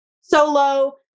Solo